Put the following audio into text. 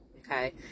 okay